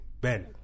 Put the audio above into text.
Ben